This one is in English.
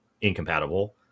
incompatible